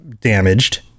damaged